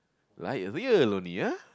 like real only ah